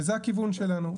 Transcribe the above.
וזה הכיוון שלנו.